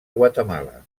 guatemala